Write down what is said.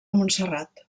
montserrat